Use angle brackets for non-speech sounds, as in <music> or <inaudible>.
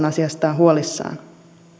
<unintelligible> asiasta huolissaan